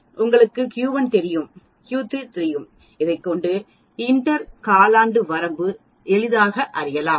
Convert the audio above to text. உங்களுக்கு Q1 தெரியும் Q3 தெரியும் இதைக்கொண்டு இன்டர் காலாண்டு வரம்பு எளிதாக அறியலாம்